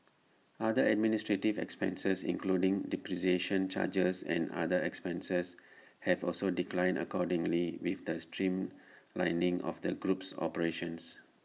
other administrative expenses including depreciation charges and other expenses have also declined accordingly with the streamlining of the group's operations